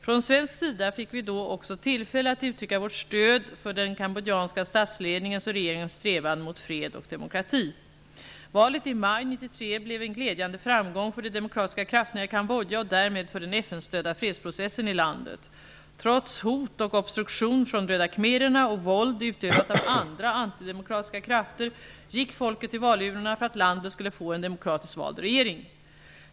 Från svensk sida fick vi då också tillfälle att uttrycka vårt stöd för den kambodjanska statsledningens och regeringens strävan mot fred och demokrati. Valet i maj 1993 blev en glädjande framgång för de demokratiska krafterna i Kambodja och därmed för den FN-stödda fredsprocessen i landet. Trots hot och obstruktion från Röda khmererna, och våld utövat av andra antidemokratiska krafter, gick folket till valurnorna för att landet skulle få en demokratiskt vald regering.